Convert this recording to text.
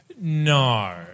No